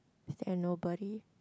is there nobody